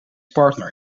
partner